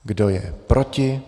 Kdo je proti?